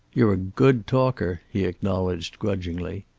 you're a good talker, he acknowledged grudgingly.